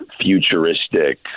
futuristic